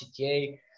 CTA